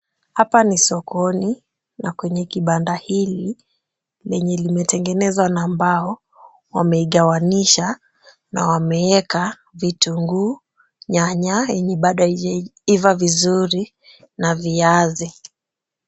Hapa ni sokoni na kwenye kibanda hili, lenye limetengenzwa na mbao, wameigawanisha na wameieka vitunguu, nyanya(yenye haijaiva vizuri) na viazi.